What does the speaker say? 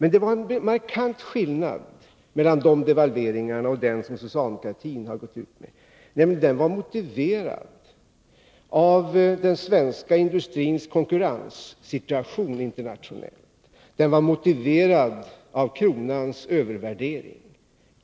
Men det var en markant skillnad mellan dessa devalveringar och den devalvering som socialdemokratin har gått ut med. De borgerliga regeringarnas devalveringar var motiverade av den svenska industrins internationella konkurrenssituation. De var motiverade av kronans övervärdering.